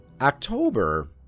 October